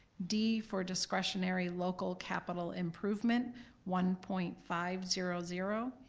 d, for discretionary local capital improvement one point five zero zero,